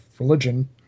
religion